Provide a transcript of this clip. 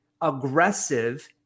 aggressive